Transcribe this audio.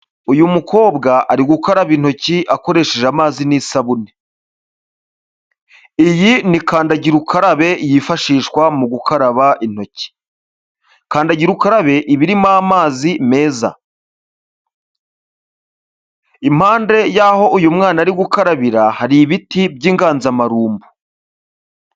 Uyu mukobwa ari gukuraba intoki akoreshe amazi n'isabune, iyi ni kandagira ukarabe yifashishwa mu gukaraba intoki, kandagira ukarabe iba irimo amazi meza, impande y'aho uyu mwana ari gukarabira hari ibiti by'inganzamarumbo.